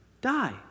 die